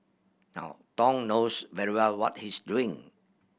now Thong knows very well what he's doing